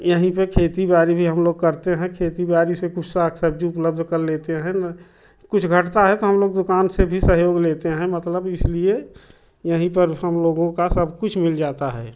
यहीं पर खेती बाड़ी भी हम लोग करते हैं खेती बाड़ी से कुछ साग सब्ज़ी उपलब्ध कर लेते है न कुछ घटता है तो हम लोग दुकान से भी सहयोग लेते हैं मतलब इसलिए यहीं पर हम लोगों का सब कुछ मिल जाता है